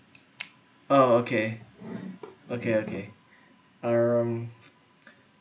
oh okay okay okay um